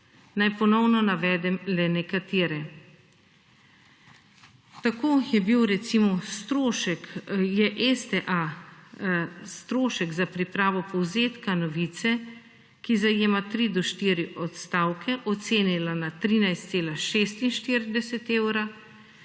Naj ponovno navedem le nekatere. Tako je bil recimo strošek, je STA strošek za pripravo povzetka novice, ki zajema tri do štiri odstavke ocenila na 13,46 evra,